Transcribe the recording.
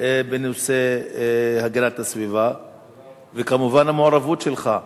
בנושא הגנת הסביבה, וכמובן, המעורבות שלך.